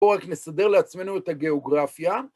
בואו נסדר לעצמנו את הגיאוגרפיה.